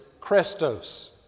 krestos